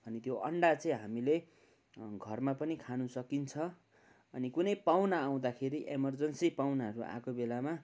अनि त्यो अण्डा चाहिँ हामीले घरमा पनि खानुसकिन्छ अनि कुनै पाहुना आउँदाखेरि एमरजेन्सी पाहुनाहरू आएको बेलामा